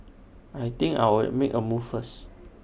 I think I'll make A move first